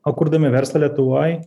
o kurdami verslą lietuvoj